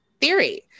theory